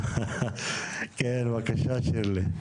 כן, בבקשה שירלי.